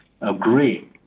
agree